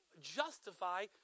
justify